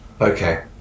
Okay